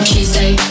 Tuesday